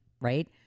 right